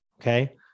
okay